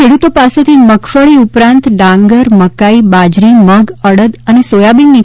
ખેડૂતો પાસેથી મગફળી ઉપરાંત ડાંગર મકાઇ બાજરી મગ અડદ અને સોયાબીનની